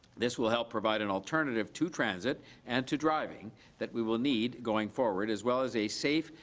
this will help provide an alternative to transit and to driving that we will need going forward as well as a safe,